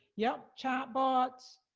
yup, chatbots,